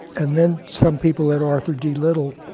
and then some people at arthur d. little